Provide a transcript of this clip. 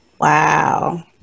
Wow